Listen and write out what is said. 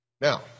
Now